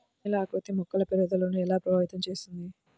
నేల ఆకృతి మొక్కల పెరుగుదలను ఎలా ప్రభావితం చేస్తుంది?